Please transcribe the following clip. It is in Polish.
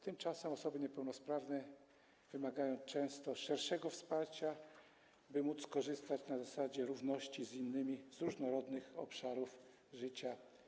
Tymczasem osoby niepełnosprawne wymagają często szerszego wsparcia, by móc korzystać na zasadzie równości z innymi z różnorodnych obszarów życia.